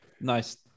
nice